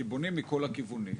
כי בונים מכל הכיוונים,